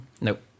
Nope